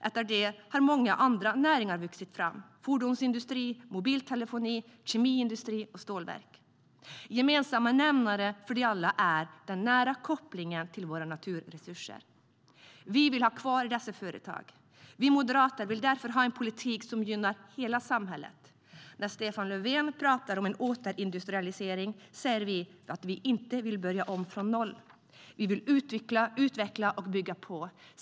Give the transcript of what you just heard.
Därefter har många andra näringar vuxit fram - fordonsindustri, mobiltelefoni, kemiindustri och stålverk. Den gemensamma nämnaren för alla dem är den nära kopplingen till våra naturresurser. Vi vill ha kvar dessa företag. Vi moderater vill därför ha en politik som gynnar hela samhället. När Stefan Löfven talar om en återindustrialisering säger vi att vi inte vill börja om från noll. Vi vill utveckla och bygga på landet.